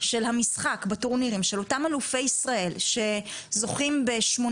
של המשחק בטורנירים של אותם אלופי ישראל שזוכים ב-8